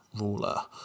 ruler